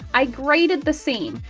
i graded the seam,